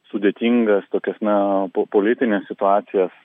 sudėtingas tokias na politines situacijas